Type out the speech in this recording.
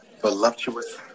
voluptuous